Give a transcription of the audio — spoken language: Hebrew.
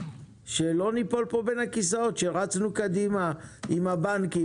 שלא ניפול פה בין הכיסאות שרצנו קדימה עם הבנקים